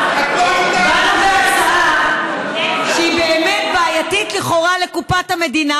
בהצעה שהיא באמת בעייתית לכאורה לקופת המדינה,